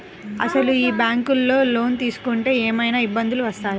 అసలు ఈ బ్యాంక్లో లోన్ తీసుకుంటే ఏమయినా ఇబ్బందులు వస్తాయా?